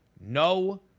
no